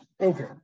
Okay